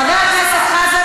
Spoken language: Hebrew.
חבר הכנסת חזן,